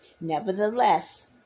Nevertheless